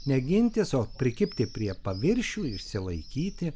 ne gintis o prikibti prie paviršių išsilaikyti